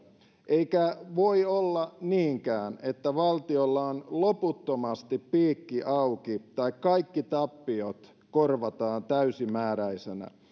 eikä voi olla niinkään että valtiolla on loputtomasti piikki auki tai kaikki tappiot korvataan täysimääräisenä